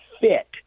fit